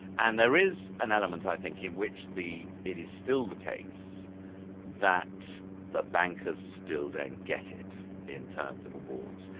and there is an element, i think, in which the, it is still the case that the bankers still don't get it in terms of rewards.